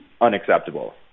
unacceptable